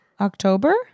October